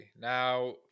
Now